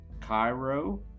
Cairo